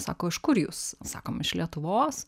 sako iš kur jūs sakom iš lietuvos